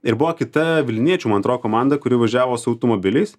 ir buvo kita vilniečių man atrodo komanda kuri važiavo su automobiliais